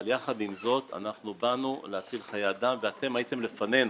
אבל יחד עם זאת אנחנו באנו להציל חיי אדם ואתם הייתם בזה עוד לפנינו,